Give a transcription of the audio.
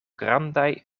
grandaj